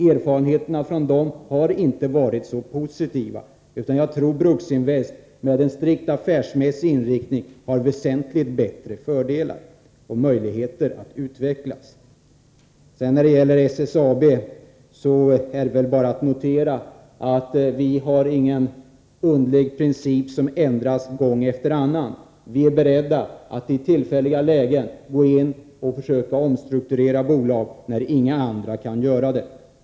Erfarenheterna från dem har inte varit särskilt positiva, utan jag tror att Bruksinvest, med en strikt affärsmässig indelning, har väsentligt bättre förutsättningar och möjligheter att utvecklas. När det sedan gäller SSAB är det bara att notera att vi inte har någon underlig princip, som ändras gång efter annan. Vi är beredda att i vissa lägen gå in och försöka omstrukturera bolag när inga andra kan göra det.